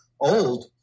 old